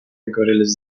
договорились